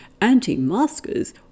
anti-maskers